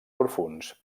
profunds